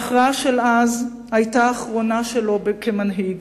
ההכרעה של אז היתה האחרונה שלו כמנהיג,